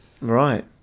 Right